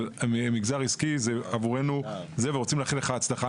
של המגזר העסקי אנחנו רוצים לאחל לך הצלחה.